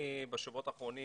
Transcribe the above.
אני בשבועות האחרונים